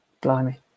blimey